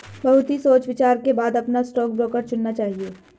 बहुत ही सोच विचार के बाद अपना स्टॉक ब्रोकर चुनना चाहिए